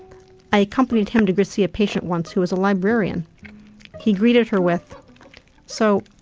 i accompanied him to go see a patient once who was a librarian he greeted her with so,